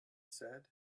said